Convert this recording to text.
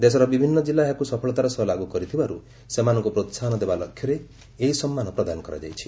ଦେଶର ବିଭିନ୍ନ କିଲ୍ଲା ଏହାକୁ ସଫଳତାର ସହ ଲାଗୁ କରିଥିବାରୁ ସେମାନଙ୍କୁ ପ୍ରୋହାହନ ଦେବା ଲକ୍ଷ୍ୟରେ ଏହି ସମ୍ମାନ ପ୍ରଦାନ କରାଯାଇଛି